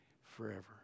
forever